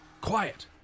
Quiet